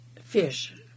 fish